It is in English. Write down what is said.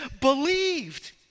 believed